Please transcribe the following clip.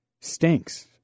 stinks